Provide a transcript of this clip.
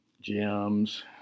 gems